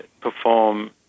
perform